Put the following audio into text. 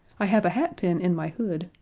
i have a hatpin in my hood,